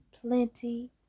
plenty